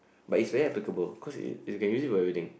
but is very applicable cause you can use it for everything